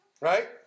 Right